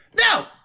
No